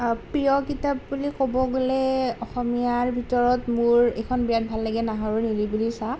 প্ৰিয় কিতাপ বুলি ক'ব গ'লে অসমীয়াৰ ভিতৰত মোৰ এইখন বিৰাট ভাল লাগে নাহৰৰ নিৰিবিলি ছাঁ